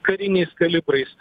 kariniais kalibrais